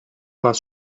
was